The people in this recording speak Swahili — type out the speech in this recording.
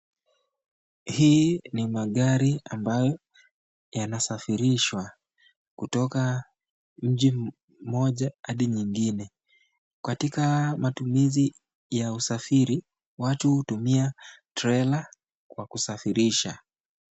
Hii ni magari ambayo yanasafirishwa kutoka maji mmoja hadi nyingine . Katika matumizi ya usafiri , watu hutumia trella kwa kusafirisha.